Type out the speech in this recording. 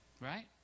Right